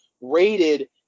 rated